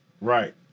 Right